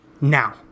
now